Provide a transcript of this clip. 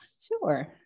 Sure